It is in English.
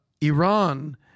Iran